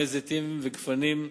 כרמי זיתים וגפנים,